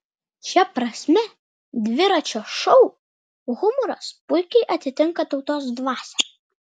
šia prasme dviračio šou humoras puikiai atitinka tautos dvasią